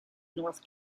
north